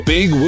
Big